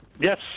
Yes